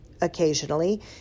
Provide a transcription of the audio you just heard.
Occasionally